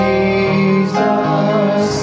Jesus